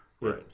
right